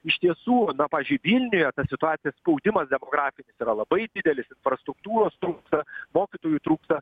iš tiesų na pavyzdžiui vilniuje ta situacija spaudimas demografinis yra labai didelis infrastruktūros trūksta mokytojų trūksta